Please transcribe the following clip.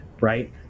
right